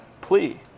plea